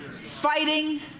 fighting